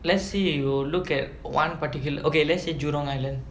let's say you look at one particular okay let's say jurong island